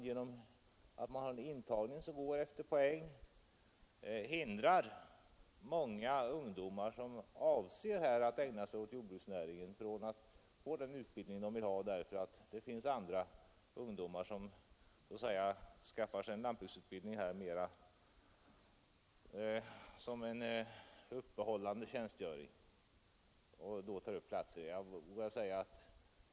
Genom att intagningen går efter poäng hindrar man nämligen många ungdomar, som avser att ägna sig åt jordbruksnäringen, att få den utbildning de vill ha. Det finns andra ungdomar, som skaffar sig en lantbruksutbildning så att säga som en uppehållande sysselsättning, och de tar upp platserna.